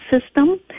System